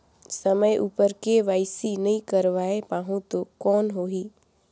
समय उपर के.वाई.सी नइ करवाय पाहुं तो कौन होही?